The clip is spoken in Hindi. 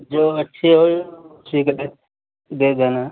जो अच्छी हो दे दे देना